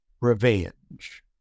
revenge